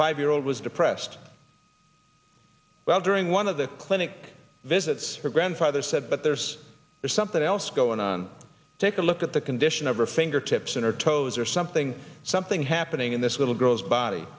five year old was depressed well during one of the clinic visits her grandfather said but there's something else going on take a look at the condition of her fingertips and her toes or something something happening in this little girl's body